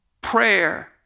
prayer